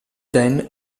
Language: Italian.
dan